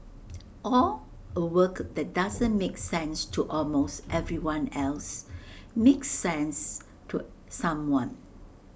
or A work that doesn't make sense to almost everyone else makes sense to someone